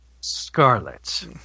scarlet